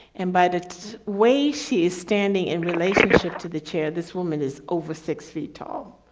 and by the way, she's standing in relationship to the chair. this woman is over six feet tall.